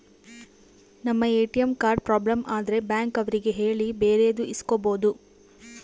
ನಮ್ ATM card problem ಆದ್ರೆ bank ಅವ್ರಿಗೆ ಹೇಳಿ ಬೇರೆದು ಇಸ್ಕೊಬೋದು